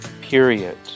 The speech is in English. period